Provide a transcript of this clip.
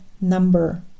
number